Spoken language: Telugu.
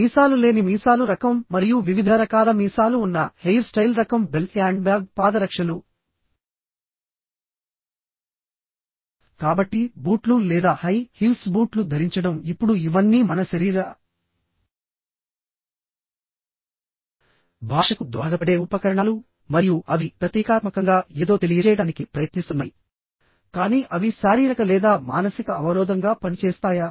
మీసాలు లేని మీసాలు రకం మరియు వివిధ రకాల మీసాలు ఉన్న హెయిర్ స్టైల్ రకం బెల్ట్ హ్యాండ్బ్యాగ్ పాదరక్షలు కాబట్టి బూట్లు లేదా హై హీల్స్ బూట్లు ధరించడం ఇప్పుడు ఇవన్నీ మన శరీర భాషకు దోహదపడే ఉపకరణాలు మరియు అవి ప్రతీకాత్మకంగా ఏదో తెలియజేయడానికి ప్రయత్నిస్తున్నాయి కానీ అవి శారీరక లేదా మానసిక అవరోధంగా పనిచేస్తాయా